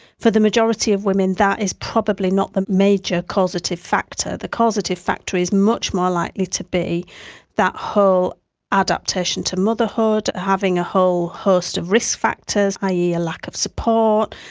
for the majority of women that is probably not the major causative factor. the causative factor is much more likely to be that whole adaptation to motherhood, having a whole host of risk factors, i. e. a lack of support,